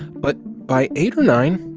but by eight or nine,